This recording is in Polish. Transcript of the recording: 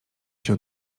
się